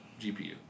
GPU